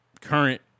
current